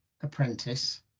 apprentice